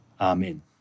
Amen